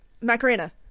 Macarena